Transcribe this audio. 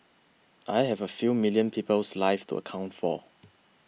I have a few million people's lives to account for